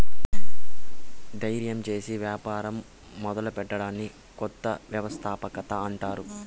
దయిర్యం సేసి యాపారం మొదలెట్టడాన్ని కొత్త వ్యవస్థాపకత అంటారు